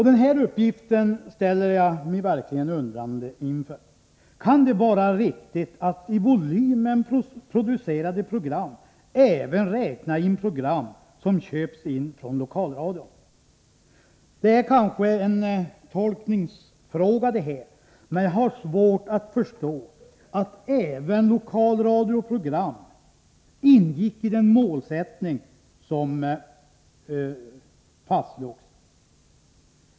Den här uppgiften ställer jag mig verkligen undrande inför. Kan det vara riktigt att i volymen producerade program även räkna in program som köps från Lokalradion? Det är kanske en tolkningsfråga, men jag har svårt att förstå att även lokalradioprogram ingick i den målsättning som fastslogs.